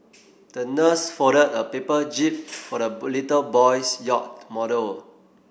the nurse folded a paper jib for the little boy's yacht model